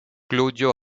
claudio